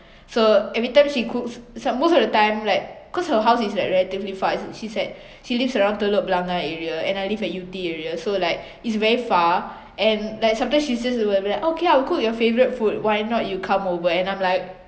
so everytime she cooks som~ most of the time like cause her house is like relatively far as in she's at she lives around telok blangah area and I live at yew tee area so like it's very far and like sometimes she's just will be like okay I will cook your favourite food why not you come over and I'm like